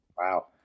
Wow